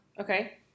okay